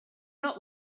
not